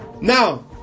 Now